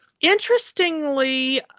Interestingly